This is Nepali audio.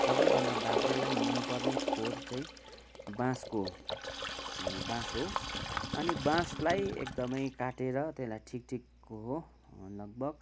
सबैभन्दा बाख्रालाई मनपर्ने खोर चाहिँ बाँसको अनि बाँस हो अनि बाँसलाई एकदमै काटेर त्यसलाई ठिक ठिकको हो लगभग